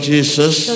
Jesus